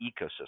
ecosystem